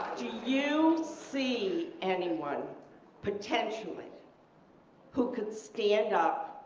do you see anyone potentially who could stand up